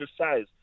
exercise